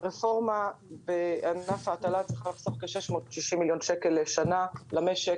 הרפורמה בענף ההטלה צריכה לחסוך כ-660 מיליון שקל לשנה למשק,